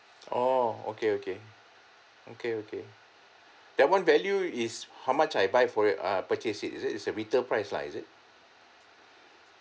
orh okay okay okay okay that one value is how much I buy for it uh purchase it is it is a retail price lah is it